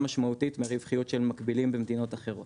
משמעותית מהרווחיות של מקבילים במדינות אחרות.